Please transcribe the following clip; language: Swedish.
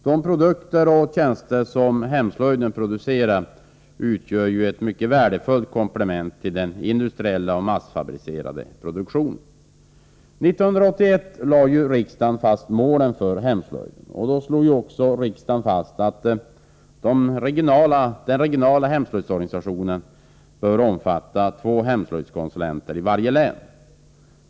De produkter och tjänster som hemslöjden producerar utgör ett värdefullt komplement till den industriella och massfabricerande produktionen. År 1981 lade ju riksdagen fast målen för hemslöjden. Då slog riksdagen fast att den regionala hemslöjdsorganisationen bör omfatta två hemslöjdskonsulenter i varje län.